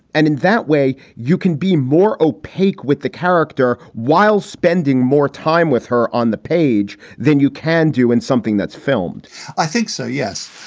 and in that way you can be more opaque with the character while spending more time with her on the page than you can do in something that's filmed i think so, yes.